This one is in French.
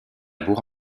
bourg